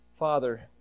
Father